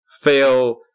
fail